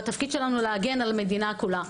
התפקיד שלנו להגן על המדינה כולה.